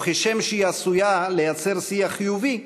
וכשם שהיא עשויה ליצור שיח חיובי,